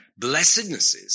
blessednesses